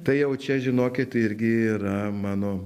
tai jau čia žinokit irgi yra mano